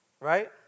right